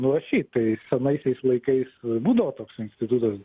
nu šiaip senaisiais laikais būdavo toks institutas